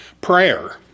Prayer